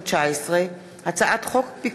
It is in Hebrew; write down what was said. פ/2603/19 וכלה בהצעת חוק שמספרה פ/2621/19 הצעת